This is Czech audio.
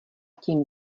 tím